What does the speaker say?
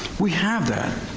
we have that,